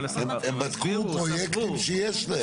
הם בדקו פרויקטים שיש להם.